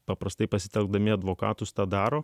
paprastai pasitelkdami advokatų tą daro